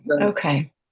Okay